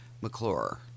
McClure